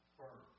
firm